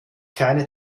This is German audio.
keine